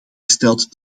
gesteld